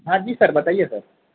हँ जी सर बताइए सर